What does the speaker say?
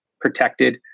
protected